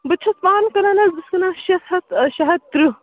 بہٕ تہِ چھَس پانہٕ کٕنان حظ بہٕ چھَس وَنان شےٚ ہَتھ شےٚ ہَتھ تٕرٛہ